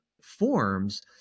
forms